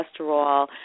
cholesterol